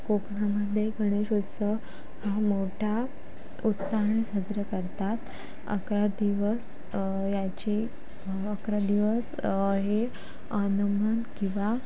कोकणामध्ये गणेशोत्सव हा मोठ्या उत्साहाने साजरा करतात अकरा दिवस याची अकरा दिवस हे नमन किंवा